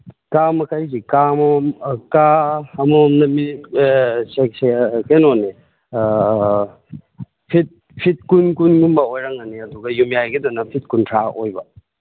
ꯀꯥ ꯃꯈꯩꯁꯤ ꯀꯥ ꯑꯃꯃꯝ ꯀꯥ ꯑꯃꯃꯝꯗ ꯃꯤ ꯀꯩꯅꯣꯅꯤ ꯐꯤꯠ ꯐꯤꯠ ꯀꯨꯟ ꯀꯨꯟꯒꯨꯝꯕ ꯑꯣꯏꯔꯝꯒꯅꯤ ꯑꯗꯨꯒ ꯌꯨꯝꯌꯥꯏꯒꯤꯗꯅ ꯐꯤꯠ ꯀꯨꯟꯊ꯭ꯔꯥ ꯑꯣꯏꯕ